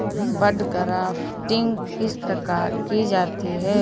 बड grafting किस प्रकार की जाती है?